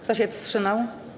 Kto się wstrzymał?